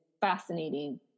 fascinating